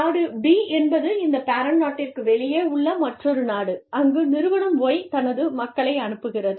நாடு B என்பது இந்த பேரண்ட் நாட்டிற்கு வெளியே உள்ள மற்றொரு நாடு அங்கு நிறுவனம் Y தனது மக்களை அனுப்புகிறது